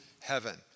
heaven